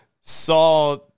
saw